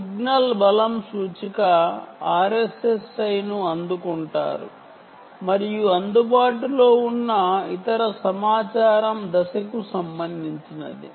ఒకటి సిగ్నల్ బలం సూచిక RSSI ను అందుకుంటారు మరియు అందుబాటులో ఉన్న ఇతర సమాచారం ఫేస్కు సంబంధించినది